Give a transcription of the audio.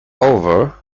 over